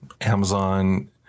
amazon